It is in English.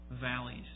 valleys